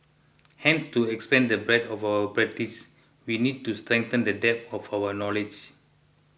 hence to expand the breadth of our practice we need to strengthen the depth of our knowledge